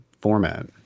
format